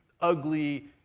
ugly